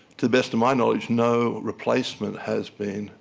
to the best of my knowledge, no replacement has been